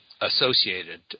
associated